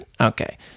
okay